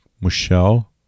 michelle